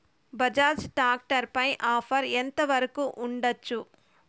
Bajaj tractor పై offer ఎంత వరకు ఉండచ్చు?